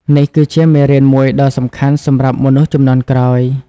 នេះគឺជាមេរៀនមួយដ៏សំខាន់សម្រាប់មនុស្សជំនាន់ក្រោយ។